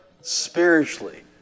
spiritually